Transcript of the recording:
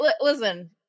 listen